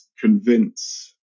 convince